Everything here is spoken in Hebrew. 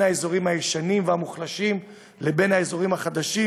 האזורים הישנים והמוחלשים לבין האזורים החדשים,